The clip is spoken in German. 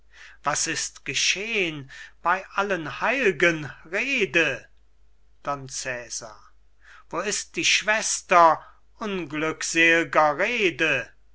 was ist geschehn bei allen heil'gen rede don cesar wo ist die schwester unglücksel'ger